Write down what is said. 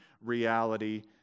reality